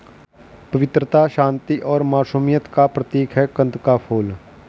पवित्रता, शांति और मासूमियत का प्रतीक है कंद का फूल